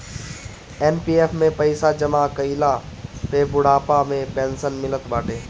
NPF में पईसा जमा कईला पे बुढ़ापा में पेंशन मिलत बाटे